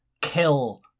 kill